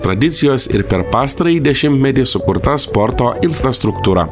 tradicijos ir per pastarąjį dešimtmetį sukurta sporto infrastruktūra